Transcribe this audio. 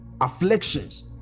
afflictions